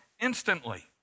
instantly